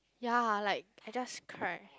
ya like I just cry